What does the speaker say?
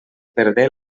perdé